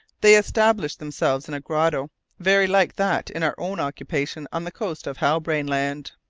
they established themselves in a grotto very like that in our own occupation on the coast of halbrane land.